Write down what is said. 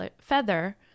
feather